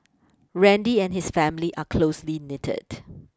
Randy and his family are closely knitted